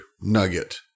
nugget